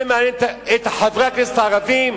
זה מעניין את חברי הכנסת הערבים?